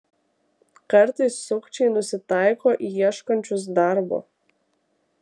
kartais sukčiai nusitaiko į ieškančius darbo